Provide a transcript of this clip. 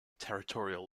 territorial